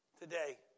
today